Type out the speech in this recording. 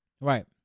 Right